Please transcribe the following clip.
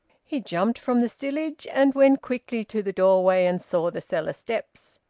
he jumped from the stillage, and went quickly to the doorway and saw the cellar steps.